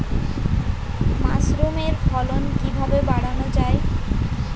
মাসরুমের ফলন কিভাবে বাড়ানো যায়?